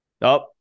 Nope